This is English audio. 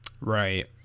Right